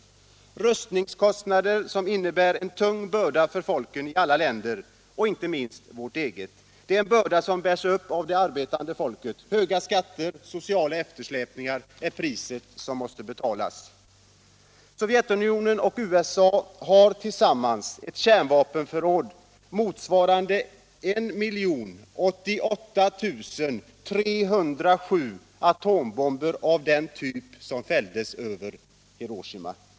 Det är rustningskostnader som innebär en tung börda för folken i alla länder och inte minst för vårt eget land. Det är en börda som bärs av det arbetande folket. Höga skatter och sociala eftersläpningar är priset som måste betalas. Sovjetunionen och USA har tillsammans ett kärnvapenförråd motsvarande 1088 307 atombomber av den typ som fälldes över Hiroshima.